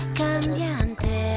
cambiante